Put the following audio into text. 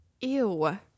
Ew